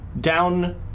down